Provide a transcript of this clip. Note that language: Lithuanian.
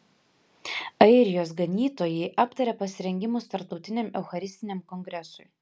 airijos ganytojai aptarė pasirengimus tarptautiniam eucharistiniam kongresui